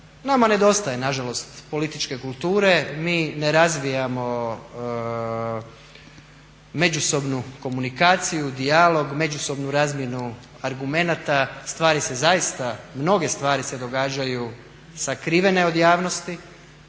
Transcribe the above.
Nama nedostaje nažalost političke kulture, mi ne razvijamo međusobnu komunikaciju, dijalog, međusobnu razmjenu argumenata, stvari se zaista, mnoge stvari se događaju sakrivene od javnosti,